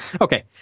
Okay